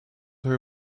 her